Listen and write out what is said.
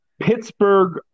Pittsburgh